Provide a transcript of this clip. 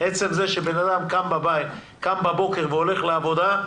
עצם זה שבן אדם קם בבוקר והולך לעבודה,